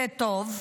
זה טוב,